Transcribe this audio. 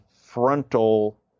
frontal